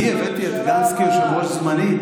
אני הבאתי את גנץ כיושב-ראש זמני?